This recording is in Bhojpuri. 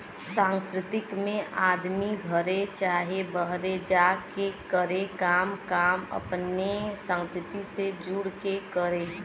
सांस्कृतिक में आदमी घरे चाहे बाहरे जा के करे मगर काम अपने संस्कृति से जुड़ के करे